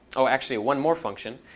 oh, actually, one more function,